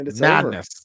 madness